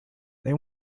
they